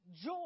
joy